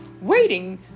waiting